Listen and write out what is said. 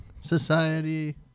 society